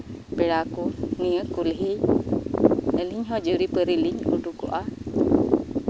ᱯᱮᱲᱟ ᱠᱚ ᱱᱤᱭᱟᱹ ᱠᱩᱞᱦᱤ ᱟᱹᱞᱤᱧ ᱦᱚᱸ ᱡᱩᱨᱤᱯᱟᱨᱤ ᱞᱤᱧ ᱩᱰᱩᱠᱚᱜᱼᱟ